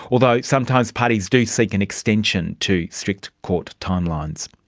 although sometimes parties do seek an extension to strict court timelines.